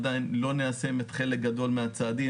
עדיין לא ניישם חלק גדול מהצעדים,